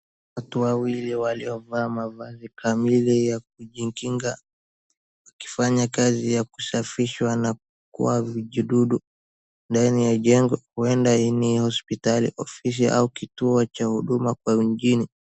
Watu wawili waliovaa mavazi kamili ya kujikinga. Wakifanya kazi ya kusafisha kwa vijidudu, ndani la jengo huenda ni hospitali ,ofisi, kituo cha huduma kwa wengine.